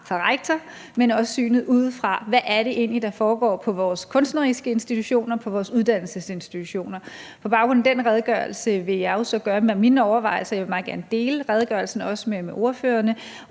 fra rektor, men også få synet udefra; hvad er det egentlig, der foregår på vores kunstneriske institutioner, på vores uddannelsesinstitutioner? På baggrund af den redegørelse vil jeg jo så gøre mig mine overvejelser, og jeg vil også meget gerne dele redegørelsen med ordførerne,